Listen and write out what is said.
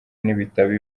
nibitaba